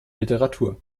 literatur